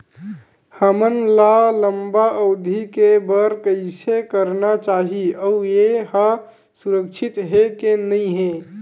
हमन ला लंबा अवधि के बर कइसे करना चाही अउ ये हा सुरक्षित हे के नई हे?